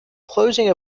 closing